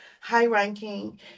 high-ranking